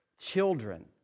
children